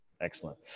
Excellent